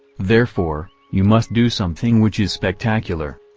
therefore, you must do something which is spectacular.